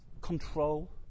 control